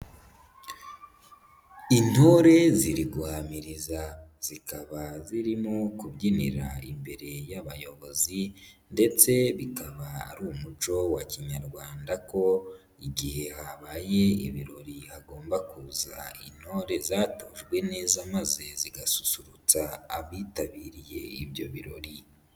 Intore ziri guhamiriza zikaba zirimo kubyinira imbere y'abayobozi ndetse bikaba ari umuco wa kinyarwanda ko igihe habaye ibirori hagomba kuza intore zatojwe neza maze zigasusurutsa abitabiriye ibyo birori.